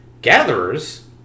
gatherers